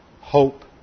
hope